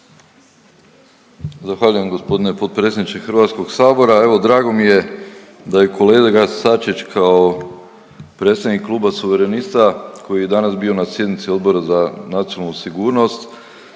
Zahvaljujem g. potpredsjedniče HS-a. Evo drago mi je da je kolega Sačić kao predsjednik Kluba Suverenista koji je danas bio na sjednici Odbora za nacionalnu sigurnost